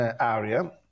area